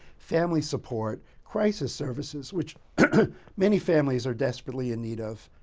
family support, crisis services, which many families are desperately in need of.